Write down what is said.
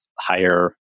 higher